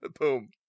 Boom